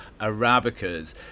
arabicas